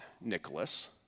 Nicholas